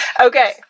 Okay